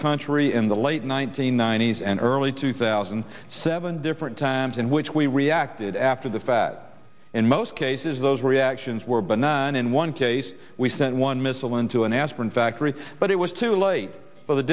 country in the late one nine hundred ninety s and early two thousand and seven different times in which we reacted after the fat in most cases those reactions were but none in one case we sent one missile into an aspirin factory but it was too late for the